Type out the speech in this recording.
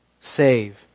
save